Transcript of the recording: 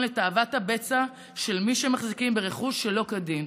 לתאוות הבצע של מי שמחזיקים ברכוש שלא כדין.